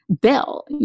bill